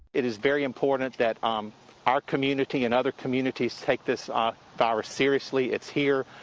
it is very important that um our community and other communities take this ah virus seriously. it's here.